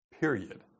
period